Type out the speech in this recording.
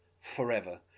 forever